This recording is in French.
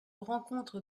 rencontre